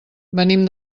venim